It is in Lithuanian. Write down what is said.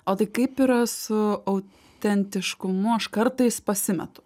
o tai kaip yra su autentiškumu aš kartais pasimetu